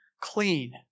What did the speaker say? clean